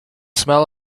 smell